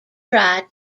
tried